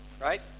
right